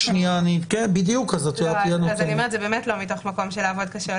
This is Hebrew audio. זה באמת לא מתוך מקום של לעבוד קשה.